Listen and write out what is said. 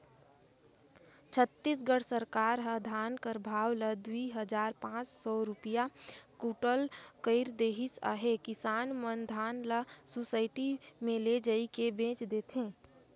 छत्तीसगढ़ सरकार ह धान कर भाव ल दुई हजार पाच सव रूपिया कुटल कइर देहिस अहे किसान मन धान ल सुसइटी मे लेइजके बेच देथे